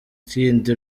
kindi